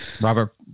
Robert